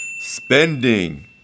Spending